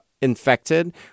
infected